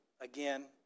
again